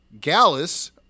Gallus